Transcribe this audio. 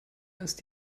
ist